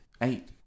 Eight